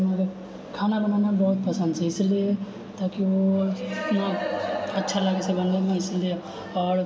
अपन मतलब खाना बनाना बहुत पसन्द छै इसिलिय ताकि ओ अच्छा लागै छै बनबैमे इसिलिय आओर